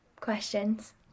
questions